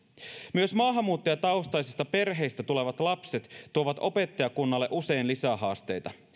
myös maahanmuuttajataustaisista perheistä tulevat lapset tuovat opettajakunnalle usein lisähaasteita